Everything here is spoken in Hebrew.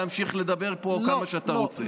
להמשיך לדבר פה כמה שאתה רוצה.